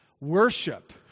worship